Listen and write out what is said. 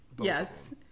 Yes